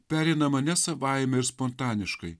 pereinama ne savaime ir spontaniškai